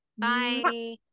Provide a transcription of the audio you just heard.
Bye